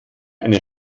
eine